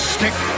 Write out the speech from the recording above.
Stick